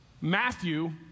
Matthew